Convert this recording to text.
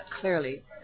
clearly